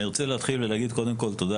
אני רוצה להתחיל ולהגיד קודם כול תודה